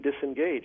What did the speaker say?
disengaged